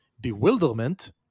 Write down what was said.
bewilderment